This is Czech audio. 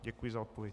Děkuji za odpověď.